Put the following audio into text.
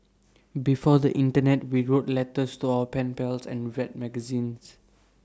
before the Internet we wrote letters to our pen pals and read magazines